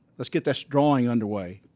let's get this drawing underway.